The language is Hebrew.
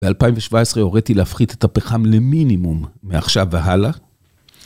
ב-2017 הוריתי להפחית את הפחם למינימום, מעכשיו והלאה.